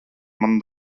mani